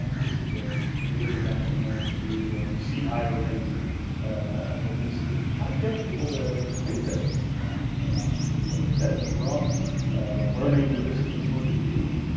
this is a community, african american community where we see higher rates of obesity. how do you get people to to think differently about about these things, like i said you grow up learning that this is the food that you eat.